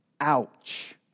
Ouch